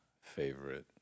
favorite